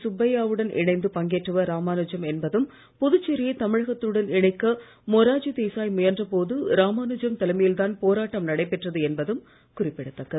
சுப்பையா வுடன் இணைந்து பங்கேற்றவர் ராமானுஜம் என்பதும் புதுச்சேரியை தமிழகத்துடன் இணைக்க மொரார்ஜி தேசாய் முயன்றபோது ராமானுஜம் தலைமையில்தான் போராட்டம் நடைபெற்றது என்பதும் குறிப்பிடத்தக்கது